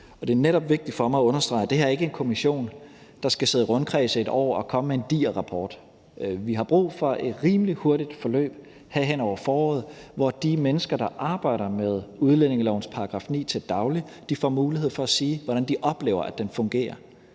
netop vigtigt for mig at understrege, at det her ikke er en kommission, der skal sidde i rundkreds i et år og komme med en diger rapport. Vi har brug for et rimelig hurtigt forløb her hen over foråret, hvor de mennesker, der arbejder med udlændingelovens § 9 til daglig, får mulighed for at sige, hvordan de oplever at den fungerer.